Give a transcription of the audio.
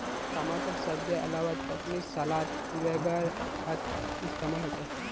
टमाटर सब्जिर अलावा चटनी सलाद वगैरहत इस्तेमाल होचे